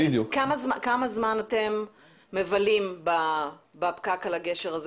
כמה זמן אתם מבלים כל יום בפקק על הגשר הזה?